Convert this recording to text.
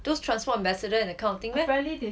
those transport ambassador and that kind of thing meh